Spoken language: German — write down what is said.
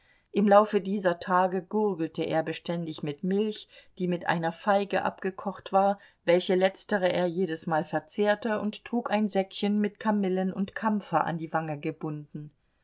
im laufe dieser tage gurgelte er beständig mit milch die mit einer feige abgekocht war welch letztere er jedesmal verzehrte und trug ein säckchen mit kamillen und kampfer an die wange gebunden